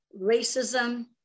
racism